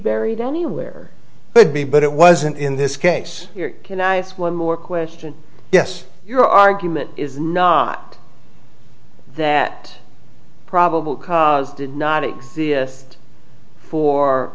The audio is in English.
buried anywhere but b but it wasn't in this case here can i ask one more question yes your argument is not that probable cause did not exist for